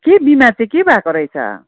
के बिमार चाहिँ के भएको रहेछ